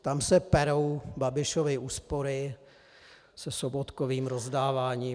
Tam se perou Babišovy úspory se Sobotkovým rozdáváním.